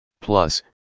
Plus